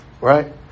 right